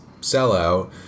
sellout